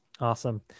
Awesome